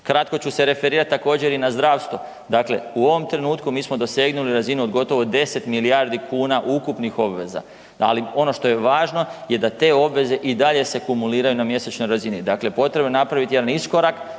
Kratko ću se referirati također i na zdravstvo, dakle u ovom trenutku mi smo dosegnuli razinu od gotovo 10 milijardi kuna ukupnih obveza, ali ono što je važno da te obveze i dalje se kumuliraju na mjesečnoj razini, dakle potrebno je napraviti jedan iskorak